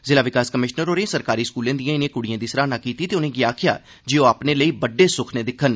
जिला विकास कमिशनर होरें सरकारी स्कूलें दिएं इनें कुड़िएं दी सराह्ना कीती ते उनें'गी आखेआ जे ओह् अपने लेई बड्डे सुक्खने दिक्खन